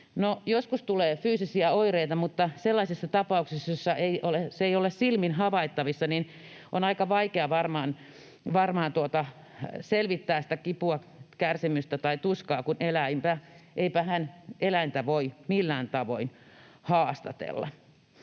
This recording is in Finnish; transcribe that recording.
Joskushan tulee fyysisiä oireita, mutta sellaisessa tapauksessa, jossa se ei ole silmin havaittavissa, on varmaan aika vaikeaa selvittää sitä kipua, kärsimystä tai tuskaa, kun eipähän eläintä voi millään tavoin haastatella.